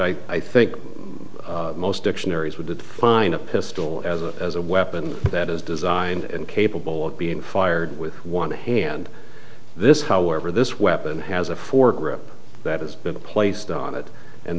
i i think most dictionaries would find a pistol as a as a weapon that is designed and capable of being fired with want to hand this however this weapon has a fork group that has been placed on it and